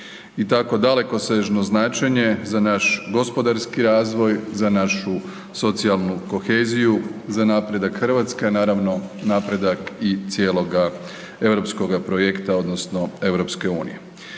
i tako dalekosežno značenje za naš gospodarski razvoj, za našu socijalnu koheziju, za napredak Hrvatske, a naravno i cijeloga europskoga projekta odnosno EU. Riječ